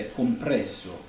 compresso